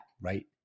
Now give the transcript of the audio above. right